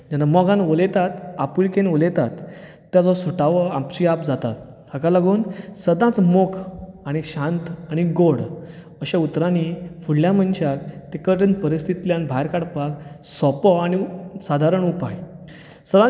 जेन्ना मोगान उलयतात आपुलकेन उलयतात ताजो सुटावो आपशीं आप जातात हाका लागोन सदांच मोग आनी शांत आनी गोड अश्या उतरांनी फुडल्या मनशाक कठिण परिस्थितीतल्यांन भायर काडपाक सोंपो आनी सादारण उपाय